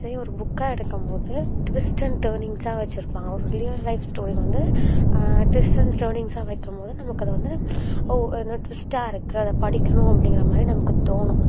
இதே ஒரு புக்காக எடுக்கும் போது ட்விஸ்ட் அண்ட் டர்ன்னிங்ஸாக வச்சுருப்பாங்க ஒரு ரியல் லைஃப் ஸ்டோரி வந்து ட்விஸ்ட் அண்ட் டர்ன்னிங்ஸாக வைக்கும்போது நமக்கு அதை வந்து ஓ என்னது ட்விஸ்ட்டாக இருக்கு அதை படிக்கணும் அப்படிங்கறமாரி நமக்கு தோணும்